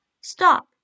Stop